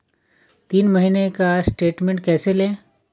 तीन महीने का स्टेटमेंट कैसे लें?